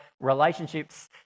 relationships